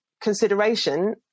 consideration